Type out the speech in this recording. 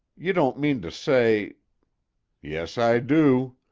you don't mean to say yes, i do.